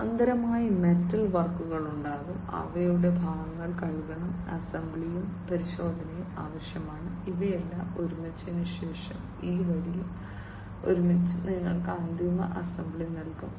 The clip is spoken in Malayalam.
സമാന്തരമായി മെറ്റൽ വർക്കുകൾ ഉണ്ടാകും അവയുടെ ഭാഗങ്ങൾ കഴുകണം അസംബ്ലിയും പരിശോധനയും ആവശ്യമാണ് ഇവയെല്ലാം ഒരുമിച്ചതിന് ശേഷം ഈ വരിയും ഈ വരിയും ഒരുമിച്ച് നിങ്ങൾക്ക് അന്തിമ അസംബ്ലി നൽകും